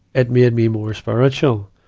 it made me more spiritual.